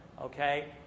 okay